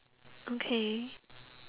okay